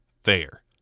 fair